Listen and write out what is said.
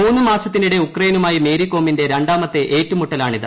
മുന്ന് മാസത്തിനിടെ ഉക്രയിനുമായി മേരിക്കോമിന്റെ രണ്ടാമത്തെ ഏറ്റുമുട്ടലാണിത്